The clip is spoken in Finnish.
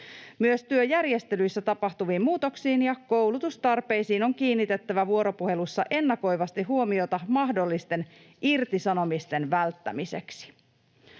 Myös työjärjestelyissä tapahtuviin muutoksiin ja koulutustarpeisiin on kiinnitettävä vuoropuhelussa ennakoivasti huomiota mahdollisten irtisanomisten välttämiseksi.